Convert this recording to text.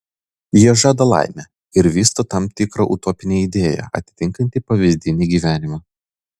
jie žada laimę ir vysto tam tikrą utopinę idėją atitinkantį pavyzdinį gyvenimą